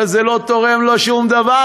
אבל זה לא תורם לו שום דבר,